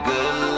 Good